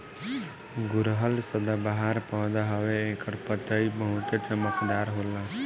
गुड़हल सदाबाहर पौधा हवे एकर पतइ बहुते चमकदार होला